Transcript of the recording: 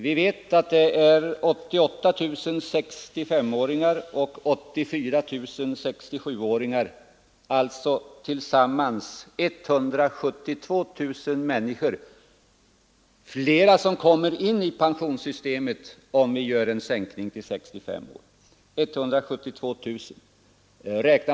Vi vet att det är 88 000 6S5-åringar och 84 000 66-åringar, alltså tillsammans 172 000 personer ytterligare, som kommer in i pensionssystemet om vi sänker pensionsåldern till 65 år.